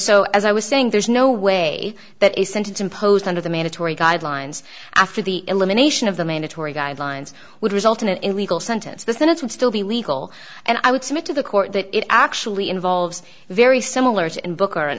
so as i was saying there's no way that a sentence imposed under the mandatory guidelines after the elimination of the mandatory guidelines would result in an illegal sentence but then it would still be legal and i would submit to the court that it actually involves very similar to and booker an